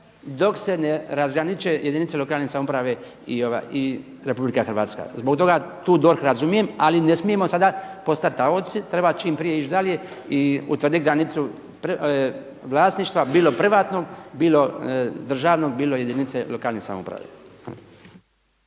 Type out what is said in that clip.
dok se ne razgraniče jedinice lokalne samouprave i RH. Zbog toga tu DORH razumijem ali ne smijemo sada postati taoci, treba čim prije ići dalje i utvrditi granicu vlasništva bilo privatnog, bilo državnog, bilo jedinice lokalne samouprave.